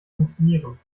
funktionieren